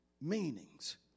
meanings